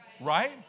right